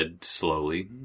slowly